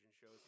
shows